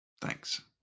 Thanks